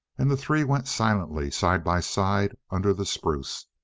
and the three went silently, side by side, under the spruce.